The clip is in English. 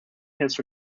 his